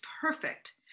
perfect